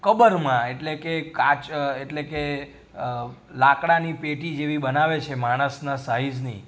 કબરમાં એટલે કે કાચ એટલે કે લાકડાંની પેટી જેવી બનાવે છે માણસનાં સાઈઝની